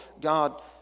God